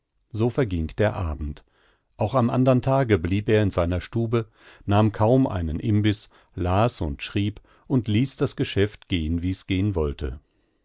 so verging der abend auch am andern tage blieb er auf seiner stube nahm kaum einen imbiß las und schrieb und ließ das geschäft gehn wie's gehen wollte